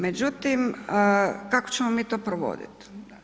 Međutim, kako ćemo mi to provoditi.